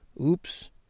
Oops